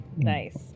Nice